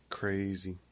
crazy